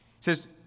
says